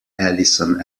addison